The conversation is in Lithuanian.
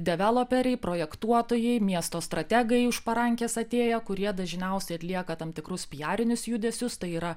developeriai projektuotojai miesto strategai už parankės atėję kurie dažniausiai atlieka tam tikrus pijarinius judesius tai yra